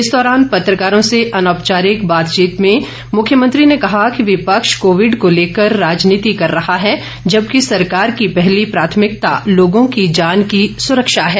इस दौरान पत्रकारों से अनौपचारिक बातचीत में मुख्यमंत्री ने कहा कि विपक्ष कोविड को लेकर राजनीति कर रहा है जबकि सरकार की पहली प्राथमिकता लोगों की जान की सुरक्षा है